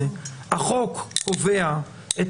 לתוך שקית שקופה ודרך אותה שקית שקופה ניתן לראות את